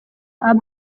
urban